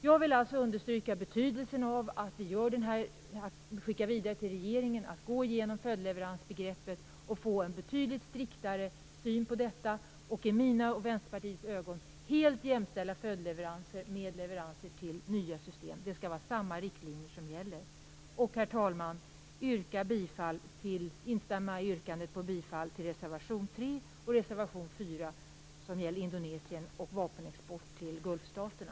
Jag vill alltså understryka betydelsen av att vi skickar vidare till regeringen att man bör gå igenom följdleveransbegreppet och få en betydligt striktare syn på detta och, enligt mitt och Vänsterpartiets sätt att se, helt jämställa följdleveranser med leveranser till nya system. Det skall vara samma riktlinjer som gäller. Herr talman! Jag instämmer i yrkandet om godkännande av reservationerna 3 och 4 som gäller Indonesien och vapenexport till Gulfstaterna.